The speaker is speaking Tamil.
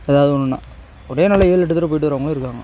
ஏதாவது ஒன்றுன்னா ஒரே நாளில் ஏழு எட்டு தடவை போயிட்டு வரவங்களும் இருக்காங்க